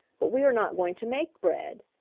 but we are not going to make bread.